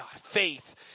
faith